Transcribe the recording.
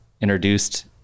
introduced